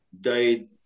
died